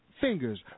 Fingers